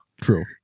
true